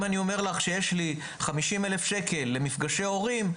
אם אני אומר שיש לי 50 אלף שקל למפגשי הורים,